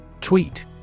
Tweet